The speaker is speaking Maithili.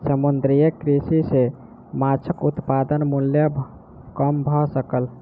समुद्रीय कृषि सॅ माँछक उत्पादन मूल्य कम भ सकल